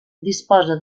disposa